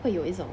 会有一种